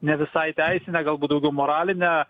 ne visai teisinę galbūt daugiau moralinę